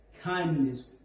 kindness